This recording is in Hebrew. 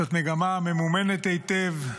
זו מגמה ממומנת היטב,